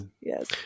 Yes